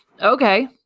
okay